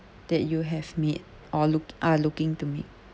that you have made or looked are looking to make